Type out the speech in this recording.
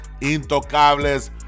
Intocables